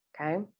Okay